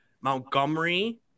Montgomery